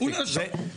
חבר הכנסת קריב מספיק,